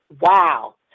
Wow